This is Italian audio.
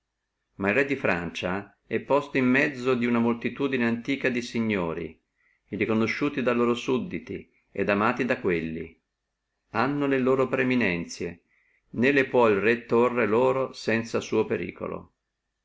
ma el re di francia è posto in mezzo duna moltitudine antiquata di signori in quello stato riconosciuti da loro sudditi et amati da quelli hanno le loro preeminenzie non le può il re tòrre loro sanza suo periculo